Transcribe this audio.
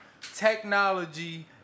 technology